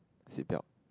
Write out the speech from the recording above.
seat belt